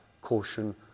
caution